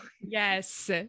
Yes